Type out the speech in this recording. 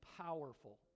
powerful